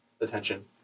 attention